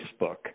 Facebook